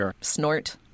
snort